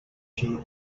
she